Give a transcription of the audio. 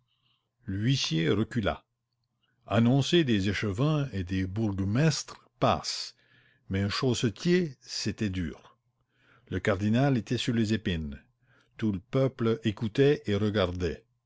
l'huissier recula annoncer des échevins et des bourgmestres passe mais un chaussetier c'était dur le cardinal était sur les épines tout le peuple écoutait et regardait